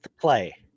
play